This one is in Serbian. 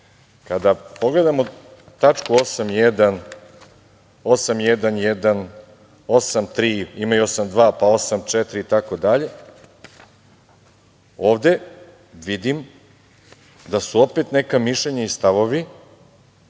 kada pogledamo tačku 8.1, 8.1.1, 8.3, ima i 8.2, pa 8.4, itd, ovde vidim da su opet neka mišljenja i stavovi